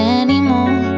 anymore